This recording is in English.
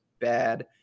bad